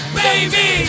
baby